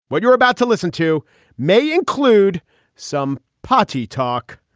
what you're about to listen to may include some party talk.